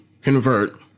convert